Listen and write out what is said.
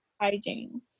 hygiene